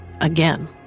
again